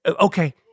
Okay